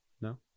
No